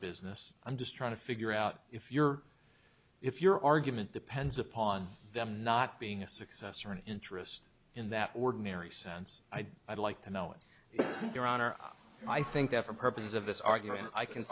business i'm just trying to figure out if you're if your argument depends upon them not being a success or an interest in that ordinary sense i'd like to know in your honor i think that for purposes of this argument i can